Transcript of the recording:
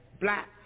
black